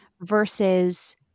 versus